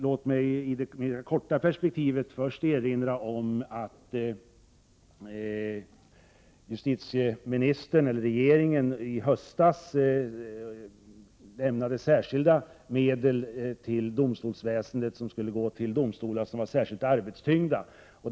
Låt mig i det korta perspektivet erinra om att regeringen i höstas beslutade om särskilda medel till särskilt arbetstyngda domstolar.